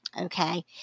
Okay